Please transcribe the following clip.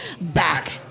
back